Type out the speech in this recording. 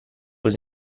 was